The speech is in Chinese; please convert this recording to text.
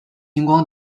星光